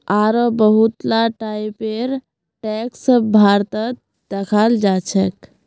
आढ़ो बहुत ला टाइपेर टैक्स भारतत दखाल जाछेक